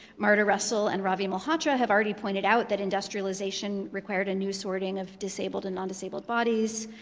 marta russell and ravi malhotra have already pointed out that industrialization required a new sorting of disabled and non-disabled bodies.